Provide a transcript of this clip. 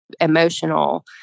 emotional